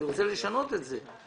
הוא רוצה לשנות את זה.